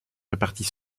répartit